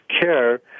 care